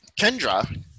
Kendra